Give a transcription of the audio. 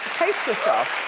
pace yourself.